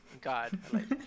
God